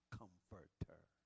comforter